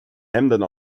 hemden